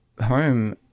home